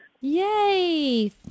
Yay